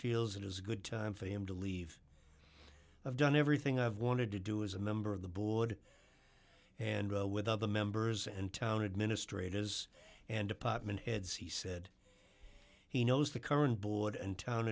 feels it is a good time for him to leave i've done everything i've wanted to do as a member of the board and with other members and town administrators and department heads he said he knows the current board and town